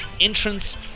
Entrance